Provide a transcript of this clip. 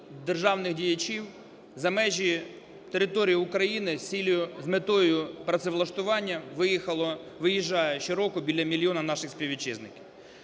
державних діячів за межі території України з метою працевлаштування виїхало… виїжджає щороку біля мільйона наших співвітчизників.